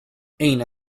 أين